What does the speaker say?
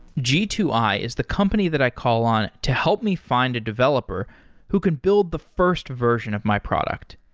g two i is the company that i call on to help me find a developer who can build the first version of my product.